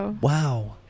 Wow